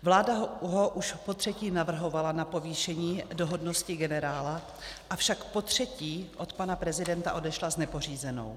Vláda ho už potřetí navrhovala na povýšení do hodnosti generála, avšak potřetí od pana prezidenta odešla s nepořízenou.